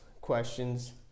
questions